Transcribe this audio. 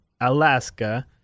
Alaska